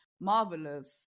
marvelous